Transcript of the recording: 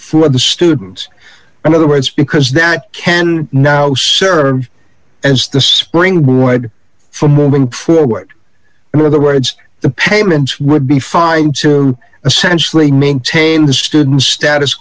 of the students and other words because that can now serve as the springboard for moving forward in other words the payments would be five to essentially maintain the student's status